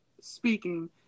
speaking